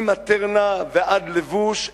מ"מטרנה" ועד לבוש.